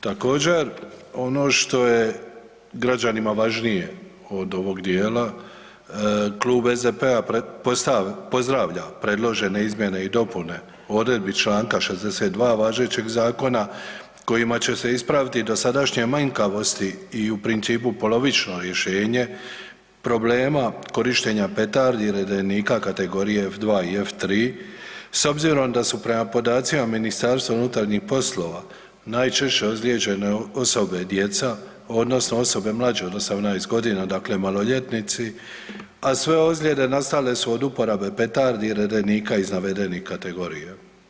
Također ono što je građanima važnije od ovog dijela Klub SDP-a pozdravlja predložene izmjene i dopune odredbi čl. 62. važećeg zakona kojima će se ispraviti dosadašnje manjkavosti i u principu polovično rješenje problema korištenja petardi i redenika kategorije F-2 i F-3 s obzirom da su prema podacima MUP-a najčešće ozlijeđene osobe djeca odnosno osobe mlađe od 18.g., dakle maloljetnici, a sve ozljede nastale su od uporabe petardi i redenika iz navedenih kategorija.